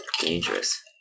Dangerous